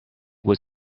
was